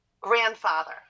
grandfather